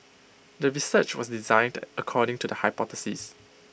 the research was designed according to the hypothesis